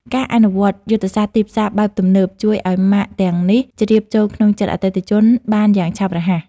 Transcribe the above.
ការអនុវត្តយុទ្ធសាស្ត្រទីផ្សារបែបទំនើបជួយឱ្យម៉ាកទាំងនេះជ្រាបចូលក្នុងចិត្តអតិថិជនបានយ៉ាងឆាប់រហ័ស។